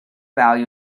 value